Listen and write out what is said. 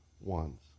ones